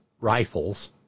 rifles